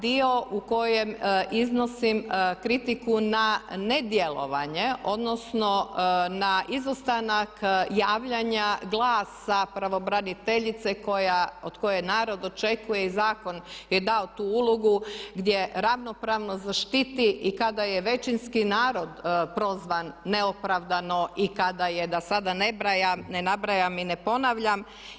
Dio u kojem iznosim kritiku na nedjelovanje odnosno na izostanak javljanja glasa pravobraniteljice od koje narod očekuje i zakon je dao tu ulogu gdje ravnopravno zaštiti i kada je većinski narod prozvan neopravdano i kada je da sada ne nabrajam i ne ponavljam.